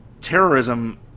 terrorism –